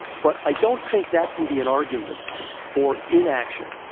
but i don't think that can be an argument for inaction.